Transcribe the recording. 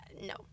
no